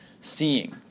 seeing